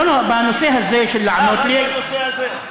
לא, בנושא הזה של, סליחה, רק בנושא הזה.